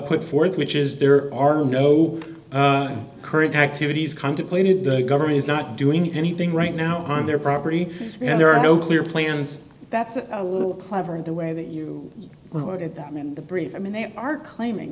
put forth which is there are no current activities contemplated the government is not doing anything right now on their property and there are no clear plans that's a little clever in the way that you ordered them in the brief i mean they are claiming